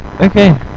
okay